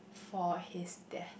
for his death